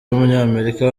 w’umunyamerika